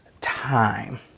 time